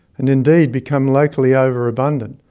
and indeed become locally overabundant.